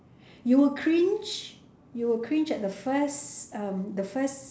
you will cringe you will cringe at the first um the first